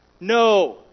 No